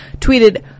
tweeted